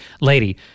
lady